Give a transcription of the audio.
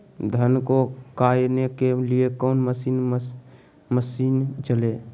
धन को कायने के लिए कौन मसीन मशीन चले?